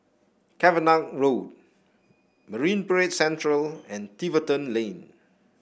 Cavenagh Road Marine Parade Central and Tiverton Lane